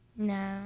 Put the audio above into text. No